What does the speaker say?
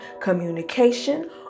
communication